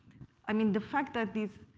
i mean the fact that is,